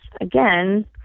again